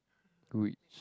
rich